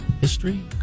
history